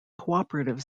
cooperative